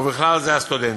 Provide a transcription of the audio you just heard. ובכלל זה הסטודנטים.